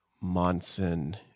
monson